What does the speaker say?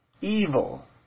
evil